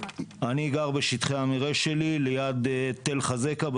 אני גר בשטחי המרעה שלי ליד תל חזקה,